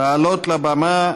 לעלות לבמה